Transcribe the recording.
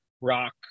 rock